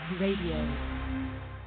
radio